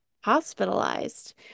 hospitalized